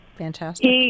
Fantastic